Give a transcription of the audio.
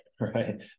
right